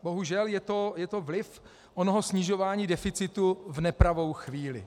Bohužel je to vliv onoho snižování deficitu v nepravou chvíli.